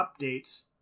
updates